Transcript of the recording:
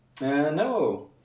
no